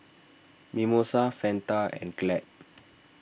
Mimosa Fanta and Glad